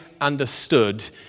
understood